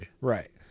Right